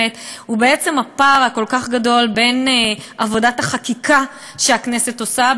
הוא בעצם הפער הכל-כך גדול בין עבודת החקיקה שהכנסת עושה,